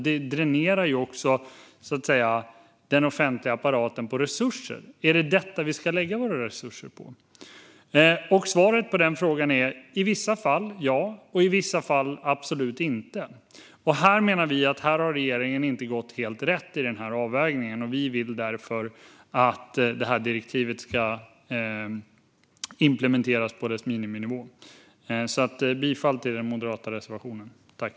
Det dränerar också den offentliga apparaten på resurser. Är det detta vi ska lägga våra resurser på? Svaret på den frågan är i vissa fall ja och i vissa fall absolut inte. Här har regeringen inte gått helt rätt i avvägningen. Vi vill därför att direktivet ska implementeras på sin miniminivå. Jag yrkar bifall till Moderaternas reservation 1.